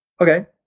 okay